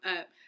up